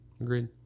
agreed